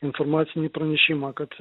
informacinį pranešimą kad